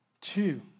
Two